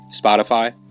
Spotify